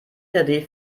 der